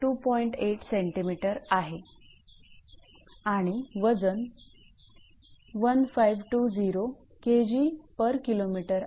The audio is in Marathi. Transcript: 8 𝑐𝑚 आहे आणि वजन 1520 𝐾𝑔𝑘𝑚 आहे